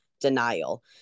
denial